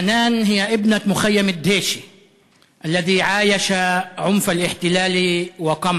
המחנכת חנאן אל-חרוב זכתה בתואר המורה הטוב ביותר בעולם.